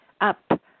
up